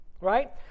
Right